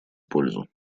пользу